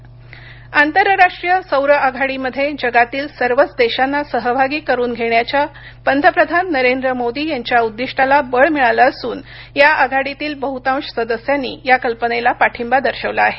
सौर आघाडी आंतरराष्ट्रीय सौर आघाडीमध्ये जगातील सर्वच देशांना सहभागी करून घेण्याच्या पंतप्रधान नरेंद्र मोदी यांच्या उद्दिष्टाला बळ मिळालं असून या आघाडीतील बहुतांश सदस्यांनी या कल्पनेला पाठींबा दर्शवला आहे